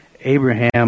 Abraham